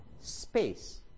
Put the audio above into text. Space